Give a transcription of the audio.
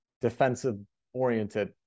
defensive-oriented